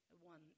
one